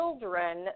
children